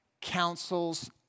counsels